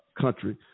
country